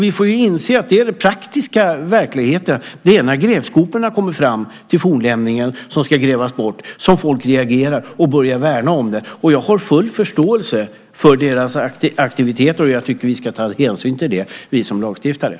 Vi får inse den praktiska verkligheten, att det är när grävskoporna kommer fram till fornlämningen som ska grävas bort som folk reagerar och börjar värna om den. Jag har full förståelse för deras aktiviteter, och jag tycker att vi som lagstiftare ska ta hänsyn till det.